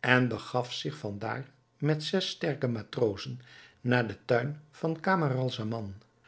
en begaf zich van daar met zes sterke matrozen naar den tuin van